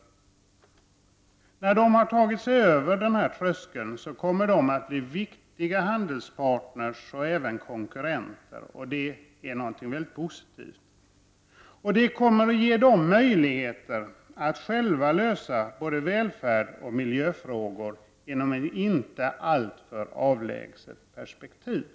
När de har tagit sig över den här tröskeln kommer de att bli viktiga handelspartners och även konkurrenter, och det är någonting väldigt positivt. Det kommer att ge dem möjligheter att själva lösa problem med både välfärd och miljö i ett inte alltför avlägset perspektiv.